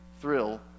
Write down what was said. thrill